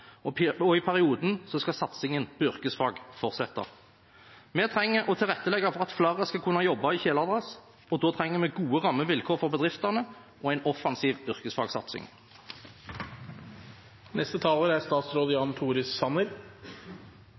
flere lærebedrifter, og i perioden skal satsingen på yrkesfag fortsette. Vi trenger å tilrettelegge for at flere skal kunne jobbe i kjeledress, og da trenger vi gode rammevilkår for bedriftene og en offensiv